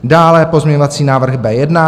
Dále pozměňovací návrh B1.